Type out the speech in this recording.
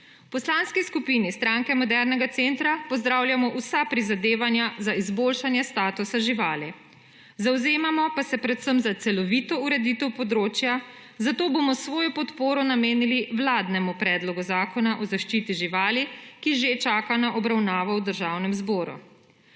poslanski skupini Stranke modernega centra pozdravljamo vsa prizadevanja za izboljšanje statusa živali, zavzemamo pa se predvsem za celovito ureditev področja, zato bomo svojo podporo namenili vladnemu predlogu zakona o zaščiti živali, ki že čaka na obravnavo v Državnem zboru.